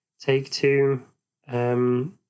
Take-Two